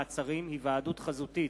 מעצרים) (היוועדות חזותית,